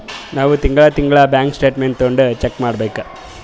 ನಾವ್ ತಿಂಗಳಾ ತಿಂಗಳಾ ಬ್ಯಾಂಕ್ ಸ್ಟೇಟ್ಮೆಂಟ್ ತೊಂಡಿ ಚೆಕ್ ಮಾಡ್ಬೇಕ್